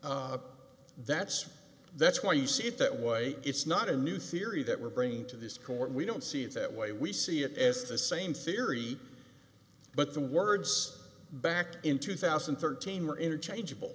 so that's that's why you see it that way it's not a new theory that we're bringing to this court we don't see it that way we see it as the same theory but the words back in two thousand and thirteen were interchangeable